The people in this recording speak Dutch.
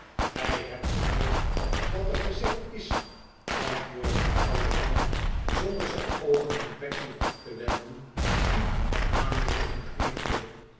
gij hebt gehoord wat er gezegd is antwoordde de oude man zonder zijn oogen van pecksniff af te wendeii die aanmoedigend knikte